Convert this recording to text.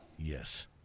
Yes